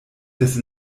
des